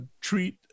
treat